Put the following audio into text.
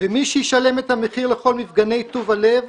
ומי שישלם את המחיר לכל מפגני טוב הלב